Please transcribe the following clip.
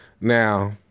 Now